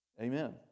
Amen